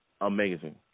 amazing